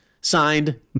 Signed